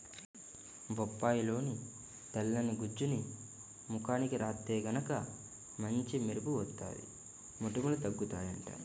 బొప్పాయిలోని తెల్లని గుజ్జుని ముఖానికి రాత్తే గనక మంచి మెరుపు వత్తది, మొటిమలూ తగ్గుతయ్యంట